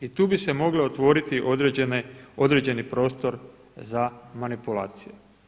I tu bi se mogao otvoriti određeni prostor za manipulacije.